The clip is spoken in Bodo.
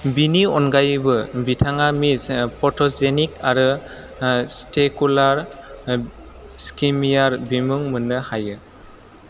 बिनि अनगायैबो बिथाङा मिस फट'जेनिक आरो स्टेकुलार स्किमियार बिमुं मोननो हायो